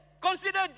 Consider